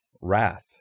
wrath